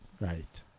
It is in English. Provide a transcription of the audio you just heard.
Right